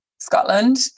Scotland